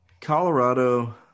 Colorado –